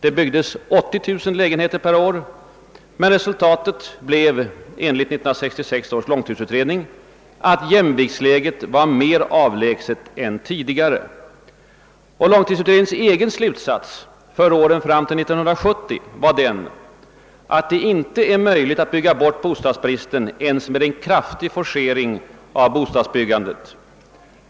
Det byggdes 80 000 lägenheter per år, men resultatet blev enligt 1966 års långtidsutredning att jämviktsläget var mer avlägset än tidigare. Långtidsutredningens egen slutsats för åren fram till 1970 var den att det inte är möjligt att bygga bort bostadsbristen ens med en kraftig forcering av bostadsbyggandet.